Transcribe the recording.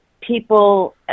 people